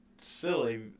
silly